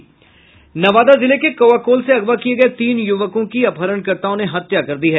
नवादा जिले के कौआकोल से अगवा किये गये तीन यूवकों की अपहरणकर्ताओं ने हत्या दी है